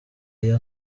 iyo